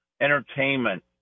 entertainment